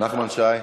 נחמן שי,